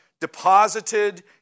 deposited